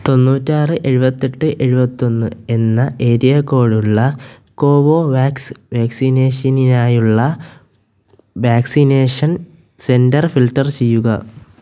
തൊണ്ണൂറ്റി ആറ് എഴുപത്തി എട്ട് എഴുപത്തി ഒന്ന് എന്ന ഏരിയ കോഡ് ഉള്ള കോവോവാക്സ് വാക്സിനേഷനിനായുള്ള വാക്സിനേഷൻ സെന്റര് ഫിൽട്ടര് ചെയ്യുക